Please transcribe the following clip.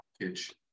package